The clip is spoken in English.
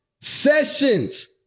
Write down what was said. sessions